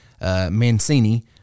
Mancini